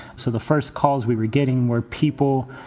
so the first calls we were getting were people,